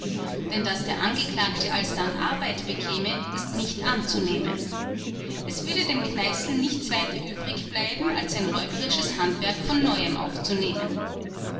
denn daß der angeklagte alsdann arbeit bekäme ist nicht anzunehmen es würde dem kneißl nichts weiter übrig bleiben als sein räuberisches handwerk von neuem aufzunehmen